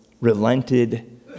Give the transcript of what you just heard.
relented